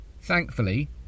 Thankfully